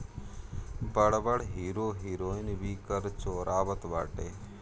बड़ बड़ hero heroine भी कर चोरावत बाटे